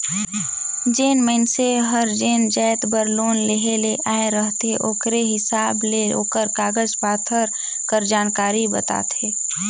जेन मइनसे हर जेन जाएत बर लोन लेहे ले आए रहथे ओकरे हिसाब ले ओकर कागज पाथर कर जानकारी बताथे